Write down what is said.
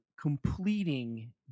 completing